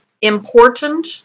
important